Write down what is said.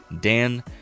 dan